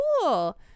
cool